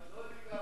לא לגמרי.